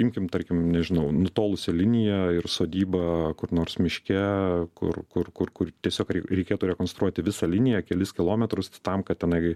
imkim tarkim nežinau nutolusią liniją ir sodybą kur nors miške kur kur kur kur tiesiog reikėtų rekonstruoti visą liniją kelis kilometrus tam kad tenai